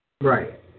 Right